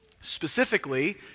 Specifically